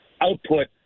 output